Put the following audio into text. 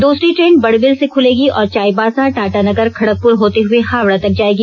दूसरी ट्रेन बड़बिल से खुलेगी और चाईबासा टाटानगर खड़गपुर होते हुए हावड़ा तक जाएगी